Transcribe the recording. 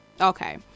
Okay